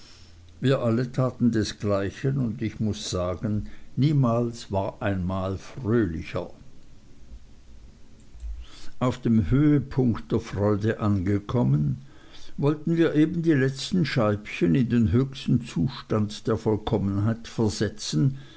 wir alle taten desgleichen und ich muß sagen niemals war ein mahl fröhlicher auf dem höhepunkt der freude angekommen wollten wir eben die letzten scheibchen in den höchsten zustand der vollkommenheit versetzen